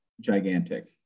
gigantic